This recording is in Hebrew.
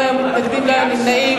לא היו מתנגדים ולא היו נמנעים.